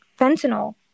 fentanyl